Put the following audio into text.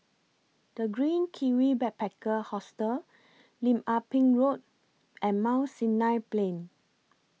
The Green Kiwi Backpacker Hostel Lim Ah Pin Road and Mount Sinai Plain